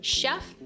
chef